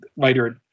writer